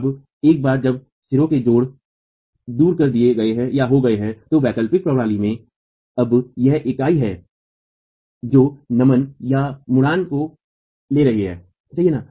अब एक बार जब सिरों के जोड़ों दूर कर दिया गये हैहो गये है तो वैकल्पिक प्रणाली में अब यह इकाई है जो नमन मुड़ान को ले रही है सही है न